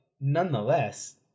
nonetheless